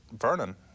Vernon